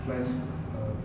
slice uh